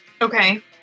Okay